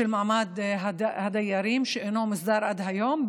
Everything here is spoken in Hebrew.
של מעמד הדיירים שאינו מוסדר עד היום,